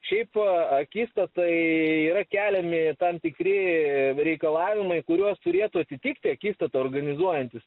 šiaip akistatai yra keliami tam tikri reikalavimai kuriuos turėtų atitikti akistatą organizuojantis